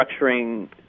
structuring